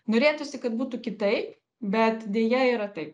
norėtųsi kad būtų kitaip bet deja yra taip